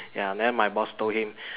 ya then my boss told him